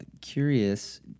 Curious